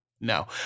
No